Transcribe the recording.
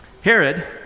Herod